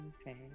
okay